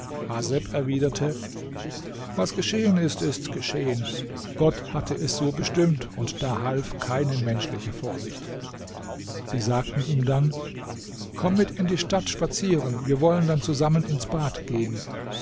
erwiderte was geschehen ist ist geschehen gott hatte es so bestimmt und da half keine menschliche vorsicht sie sagten ihm dann komm mit in die stadt spazieren wir wollen dann zusammen ins bad gehen